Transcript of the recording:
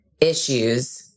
issues